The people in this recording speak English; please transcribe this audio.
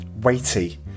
weighty